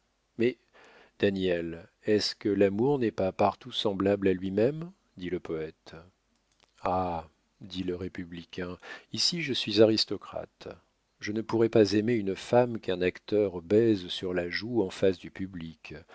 mais daniel est-ce que l'amour n'est pas partout semblable à lui-même dit le poète ah dit le républicain ici je suis aristocrate je ne pourrais pas aimer une femme qu'un acteur baise sur la joue en face du public